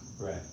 Right